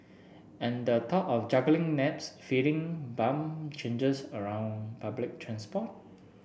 and the thought of juggling naps feeding bum changes around public transport